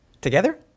together